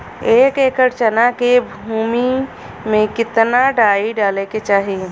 एक एकड़ चना के भूमि में कितना डाई डाले के चाही?